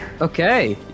Okay